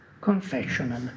confessional